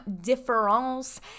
difference